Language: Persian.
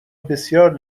بسیار